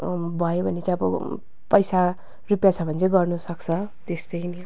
भयो भने चाहिँ अब पैसा रुपियाँ छ भने चाहिँ गर्नुसक्छ त्यस्तै नै